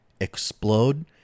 explode